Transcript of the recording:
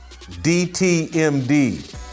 DTMD